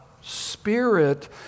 spirit